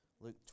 Luke